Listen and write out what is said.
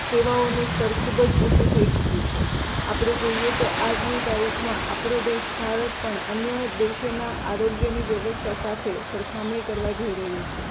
સેવાઓનું સ્તર ખૂબ જ ઊંચુ થઇ ચૂક્યું છે આપણે જોઇએ તો આજની તારીખમાં આપણો દેશ ભારત પણ અન્ય દેશોના આરોગ્યની વ્યવસ્થા સાથે સરખામણી કરવા જઇ રહ્યો છે